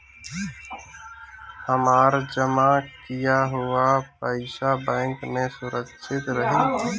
हमार जमा किया हुआ पईसा बैंक में सुरक्षित रहीं?